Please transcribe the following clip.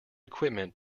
equipment